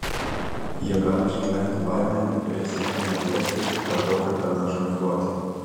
jie gali išgyventi baimę depresiją nebeėsti per daug ar per mažai miegoti